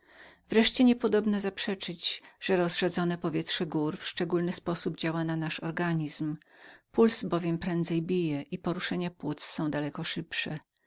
wreszcie niezaprzeczonem jest że rozrzedzone powietrze gór szczególnie działa na nasz organizm puls bowiem prędzej bije i poruszenia płuc są daleko szybsze